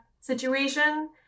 situation